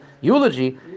eulogy